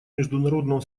международного